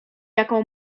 jaką